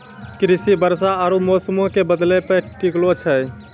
कृषि वर्षा आरु मौसमो के बदलै पे टिकलो छै